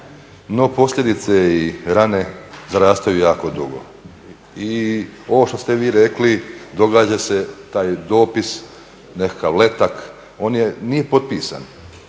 no posljedice i rane zarastaju jako dugo i ovo što ste vi rekli događa se taj dopis nekakav letak, on nije potpisan.